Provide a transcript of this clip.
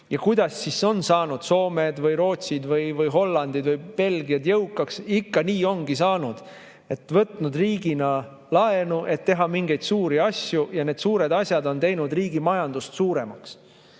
Kuidas on saanud Soome või Rootsi või Holland või Belgia jõukaks? Ikka nii ongi saanud, et nad on võtnud riigina laenu, et teha mingeid suuri asju, ja need suured asjad on teinud riigi majandust suuremaks.